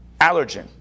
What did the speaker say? Allergen